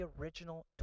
original